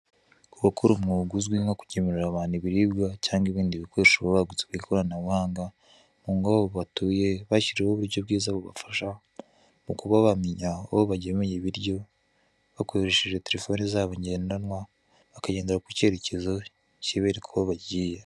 Abakora umwuga uzwi nko kugemurira abantu ibiribwa cyangwa ibindi bikoresho baba baguze ku ikoranabuhanga mu ngo aho batuye bashyiriweho uburyo bwiza bubafasha mu kuba bamenya aho bagemuye ibiryo bakoresheje terefone zabo ngendanwa bakagendera ku cyerekezo kibereka aho bagiye.